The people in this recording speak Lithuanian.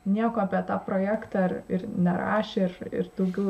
nieko apie tą projektą ir ir nerašė ir ir daugiau